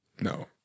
no